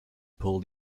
pull